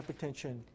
hypertension